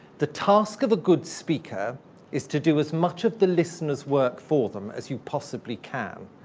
the task of a good speaker is to do as much of the listener's work for them as you possibly can.